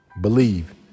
believe